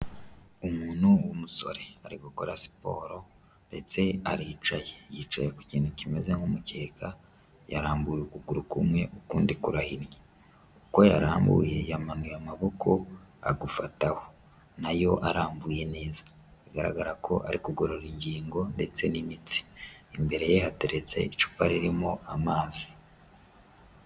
Umuntu w'umusore ari gukora siporo ndetse aricaye yicaye ku kintu kimeze nk'umukeka, yarambuye ukuguru kumwe ukundi kurahinye, uko yarambuye yamanuye amaboko agufataho, nayo arambuye neza bigaragara ko ari kugorora ingingo ndetse n'imitsi, imbere ye hateretse icupa ririmo amazi.